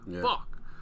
Fuck